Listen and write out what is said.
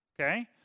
Okay